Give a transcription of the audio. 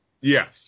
Yes